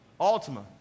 Altima